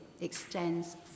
extends